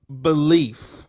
belief